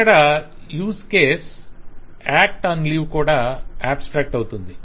ఇక్కడ use case act on leave కూడా abstract అవుతుంది